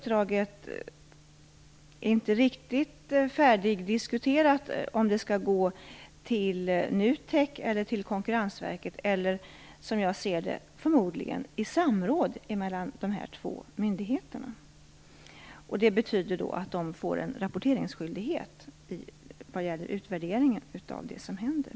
Det är inte riktigt färdigdiskuterat om det uppdraget skall gå till NUTEK eller till Konkurrensverket. Som jag ser det blir det förmodligen ett samråd mellan dessa två myndigheter. Det betyder att de får en rapporteringsskyldighet när det gäller utvärderingen av vad som händer.